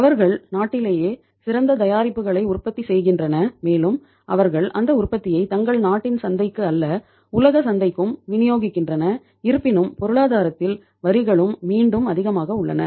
அவர்கள் நாட்டிலேயே சிறந்த தயாரிப்புகளை உற்பத்தி செய்கின்றன மேலும் அவர்கள் அந்த உற்பத்தியை தங்கள் நாட்டின் சந்தைக்கு அல்ல உலக சந்தைகளுக்கும் விநியோகிக்கின்றன இருப்பினும் பொருளாதாரங்களில் வரிகளும் மீண்டும் அதிகமாக உள்ளன